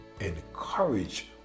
encourage